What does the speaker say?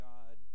God